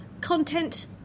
content